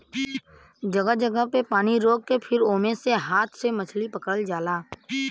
जगह जगह पे पानी रोक के फिर ओमे से हाथ से मछरी पकड़ल जाला